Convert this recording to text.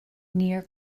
near